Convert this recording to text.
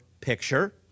picture